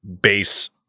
base